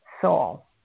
soul